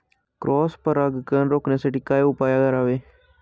Cross परागकण रोखण्यासाठी काय उपाय करावे?